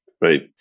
Right